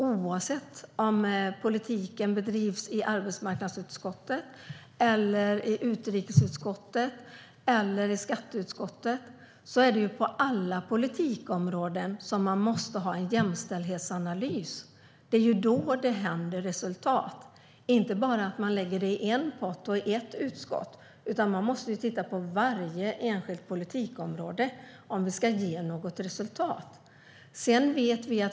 Oavsett om politiken bedrivs i arbetsmarknadsutskottet, utrikesutskottet eller skatteutskottet måste man ha en jämställdhetsanalys. Det behövs på alla politikområden. Det är ju då det kommer resultat. Man kan inte bara lägga det i en pott och i ett utskott, utan man måste titta på varje enskilt politikområde om det ska ge något resultat.